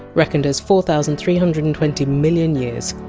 reckoned as four thousand three hundred and twenty million years,